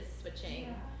switching